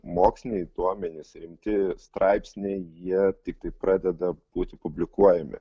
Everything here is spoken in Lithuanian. moksliniai duomenys rimti straipsniai jie tiktai pradeda būti publikuojami